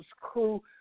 crew